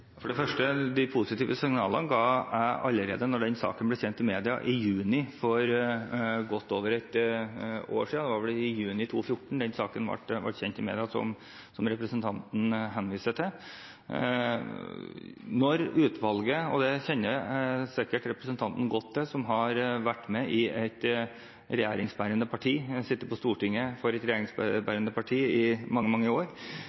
For det første: De positive signalene ga jeg allerede da den saken ble kjent i media i juni for godt over ett år siden. Det var vel i juni 2014 den saken som representanten henviser til, ble kjent i media. Når et utvalg – og det kjenner sikkert representanten godt til, som har vært med i et regjeringsbærende parti og har sittet på Stortinget for et regjeringsbærende parti i mange, mange år